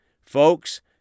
Folks